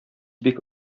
бик